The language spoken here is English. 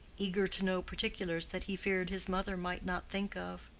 eager to know particulars that he feared his mother might not think of.